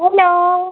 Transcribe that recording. hello